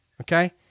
Okay